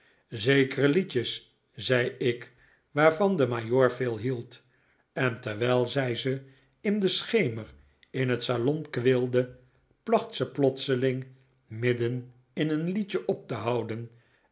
zekere liedjes zei ik waarvan de majoor veel hield en terwijl zij ze in den schemer in het salon kweelde placht ze plotseling midden in een lied op te houden